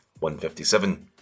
157